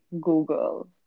google